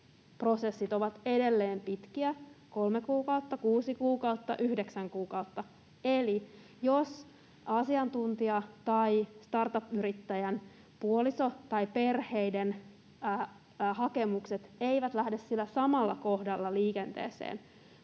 prosessit ovat edelleen pitkiä — kolme kuukautta, kuusi kuukautta, yhdeksän kuukautta. Eli jos asiantuntijan tai startup-yrittäjän puolison tai perheen hakemus ei lähde sillä samalla kohdalla liikenteeseen